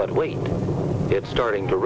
but wait it's starting to